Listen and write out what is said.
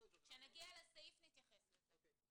וכשנגיע לסעיף נתייחס לזה.